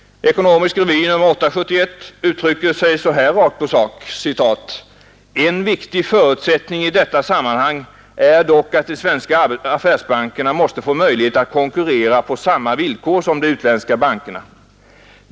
Ekonomisk Revy kommunal innr 8/71 uttrycker sig så här rakt på sak: ”En viktig förutsättning i detta — komstskatt samt sammanhang är dock att de svenska affärsbankerna måste få möjlighet att — utskiftningsskatt konkurrera på samma villkor som de utländska bankerna.